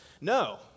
No